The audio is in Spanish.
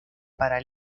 para